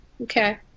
Okay